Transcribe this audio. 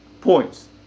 Points